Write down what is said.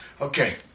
Okay